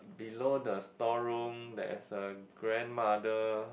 below the store room there's a grandmother